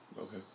okay